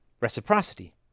reciprocity